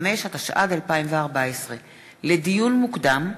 45), התשע"ד 2014. לדיון מוקדם: